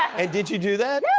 and did you do that? yeah